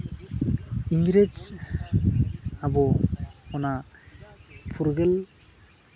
ᱤᱝᱨᱮᱡᱽ ᱟᱵᱚ ᱚᱱᱟ ᱯᱷᱩᱨᱜᱟᱹᱞ